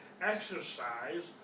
exercise